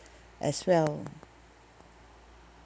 as well